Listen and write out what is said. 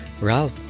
Ralph